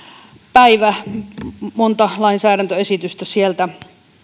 päivä monta lainsäädäntöesitystä sieltä